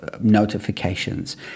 notifications